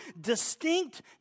distinct